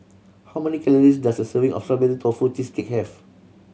how many calories does a serving of Strawberry Tofu Cheesecake have